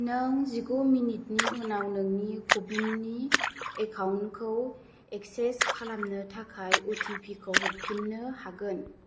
नों जिगु मिनिटनि उनाव नोंनि कबिन्नि एकाउन्टखौ एक्सेस खालामनो थाखाय अटिपिखौ हरफिन्नो हागोन